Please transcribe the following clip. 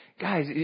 guys